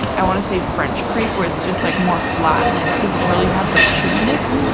i want to say french crepe, where it's just like more flat and it does it really have that chewiness.